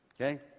Okay